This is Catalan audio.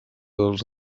dels